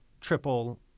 triple